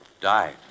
died